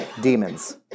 demons